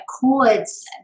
chords